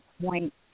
point